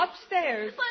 Upstairs